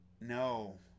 No